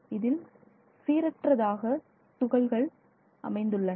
இதில் சீரற்றதாக துகள்கள் அமைந்துள்ளன